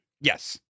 Yes